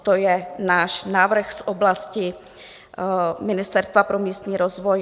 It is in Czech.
To je náš návrh z oblasti Ministerstva pro místní rozvoj.